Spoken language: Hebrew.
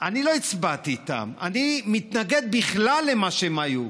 אני לא הצבעתי איתם, אני מתנגד בכלל למה שהם היו.